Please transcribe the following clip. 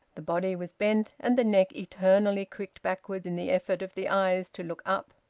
the body was bent, and the neck eternally cricked backward in the effort of the eyes to look up.